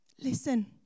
Listen